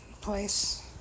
place